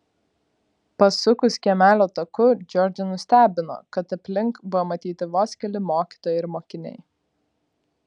pasukus kiemelio taku džordžą nustebino kad aplink buvo matyti vos keli mokytojai ir mokiniai